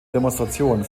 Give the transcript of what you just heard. demonstration